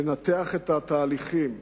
לנתח את התהליכים,